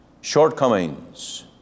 shortcomings